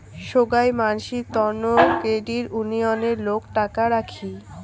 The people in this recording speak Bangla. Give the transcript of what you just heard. সোগাই মানসির তন্ন ক্রেডিট উনিয়ণে লোক টাকা রাখি